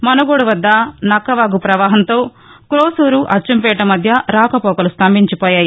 మునుగోడు వద్ద నక్కవాగు ప్రవాహంతో క్రోసూరు అచ్చంపేట మధ్య రాకపోకలు స్తంభించిపోయాయి